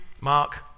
Mark